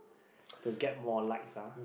to get more likes ya